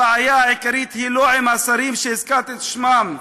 הבעיה העיקרית היא לא עם השרים שהזכרתי את שמם,